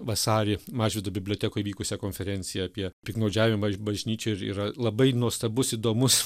vasarį mažvydo bibliotekoj vykusią konferenciją apie piktnaudžiavimą iš bažnyčių ir yra labai nuostabus įdomus